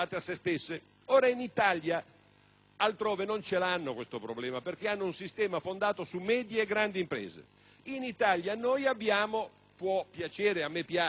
Altrove non hanno questo problema perché hanno un sistema basato su medie e grandi imprese; in Italia, invece, noi abbiamo - può piacere, a me piace, ad altri piace di meno - la piccola